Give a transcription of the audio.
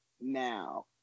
now